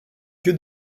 lieu